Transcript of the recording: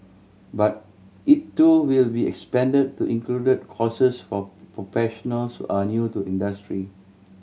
but it too will be expanded to include courses for professionals are new to the industry